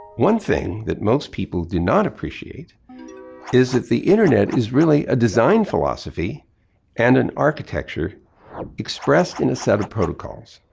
one thing that most people do not appreciate is that the internet is really a design philosophy and an architecture expressed in a set of protocols.